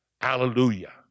Hallelujah